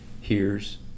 hears